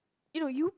you know you